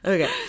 Okay